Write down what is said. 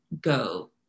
go